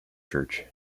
church